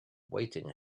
waiting